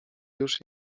już